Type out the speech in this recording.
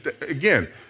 Again